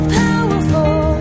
powerful